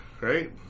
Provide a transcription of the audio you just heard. right